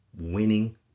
winning